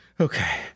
Okay